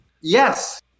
Yes